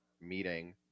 meeting